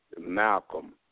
Malcolm